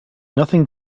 nothing